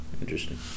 Interesting